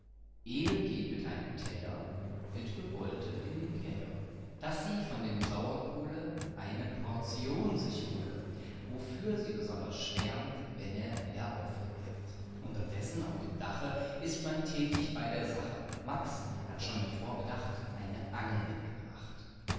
eben geht mit einem teller witwe bolte in den keller illustration vorfreude daß sie von dem sauerkohle eine portion sich hole wofür sie besonders schwärmt wenn er wieder aufgewärmt unterdessen auf dem dache ist man tätig bei der sache max hat schon mit vorbedacht eine angel mitgebracht